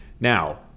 now